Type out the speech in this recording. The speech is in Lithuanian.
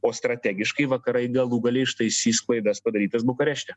o strategiškai vakarai galų gale ištaisys klaidas padarytas bukarešte